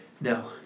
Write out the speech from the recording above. No